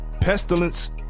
Pestilence